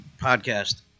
podcast